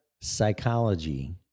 psychology